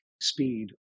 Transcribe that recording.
speed